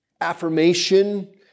affirmation